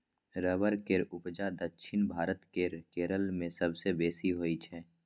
rubber केर उपजा दक्षिण भारत केर केरल मे सबसँ बेसी होइ छै